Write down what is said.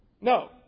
No